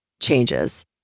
changes